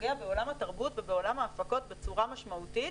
שפוגע בעולם התרבות ובעולם הפקות בצורה משמעותית.